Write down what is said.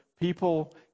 people